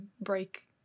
break